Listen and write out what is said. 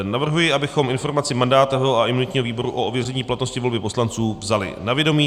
Navrhuji, abychom Informaci mandátového a imunitního výboru o ověření platnosti volby poslanců vzali na vědomí.